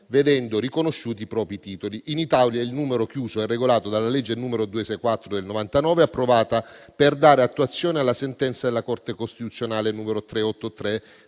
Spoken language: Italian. vedendo riconosciuti i propri titoli. In Italia, il numero chiuso è regolato dalla legge n. 264 del 1999, approvata per dare attuazione alla sentenza della Corte costituzionale n. 383